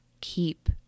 keep